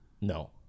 No